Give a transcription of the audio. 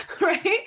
right